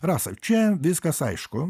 rasa čia viskas aišku